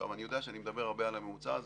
אני יודע שאני מדבר הרבה על הממוצע הזה,